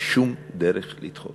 שום דרך לדחות.